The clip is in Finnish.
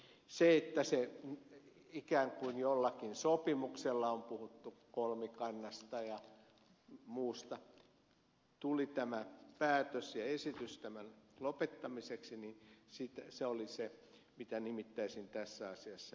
se että ikään kuin jollakin sopimuksella on puhuttu kolmikannasta ja muusta tuli tämä päätös ja esitys tämän lopettamiseksi oli se mitä nimittäisin tässä asiassa hämäräksi